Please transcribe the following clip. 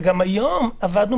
וגם היום עבדנו